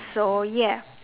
so yeah